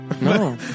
No